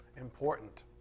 important